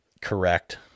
correct